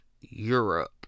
Europe